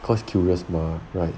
was curious mah right